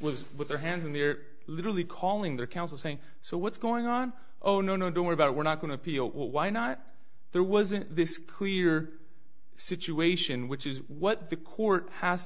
was with their hands and they're literally calling their counsel saying so what's going on oh no no don't worry about we're not going to appeal why not there wasn't this clear situation which is what the court has